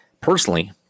Personally